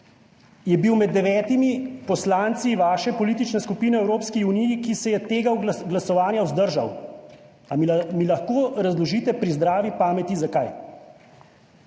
je bil med 9. poslanci vaše politične skupine v Evropski uniji, ki se je tega glasovanja vzdržal. A mi lahko razložite pri zdravi pameti, zakaj?